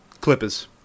Clippers